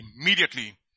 immediately